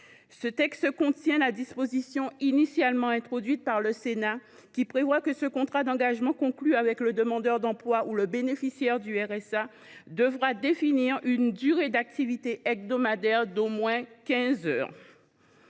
Ce texte préserve la disposition initialement introduite par le Sénat, qui prévoit que ce contrat d’engagement, conclu avec le demandeur d’emploi ou le bénéficiaire du RSA, devra définir une durée d’activité hebdomadaire d’au moins quinze heures.